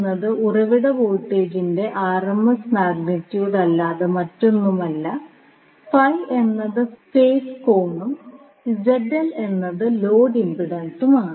എന്നത് ഉറവിട വോൾട്ടേജിന്റെ ആർഎംഎസ് മാഗ്നിറ്റ്യൂഡ് അല്ലാതെ മറ്റൊന്നുമില്ല എന്നത് ഫേസ് കോണും എന്നത് ലോഡ് ഇംപെഡൻസുമാണ്